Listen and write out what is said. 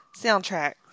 soundtrack